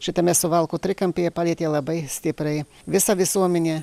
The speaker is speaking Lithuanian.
šitame suvalkų trikampyje palietė labai stipriai visą visuomenę